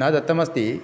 न दत्तम् अस्ति